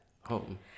home